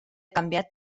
canviat